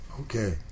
Okay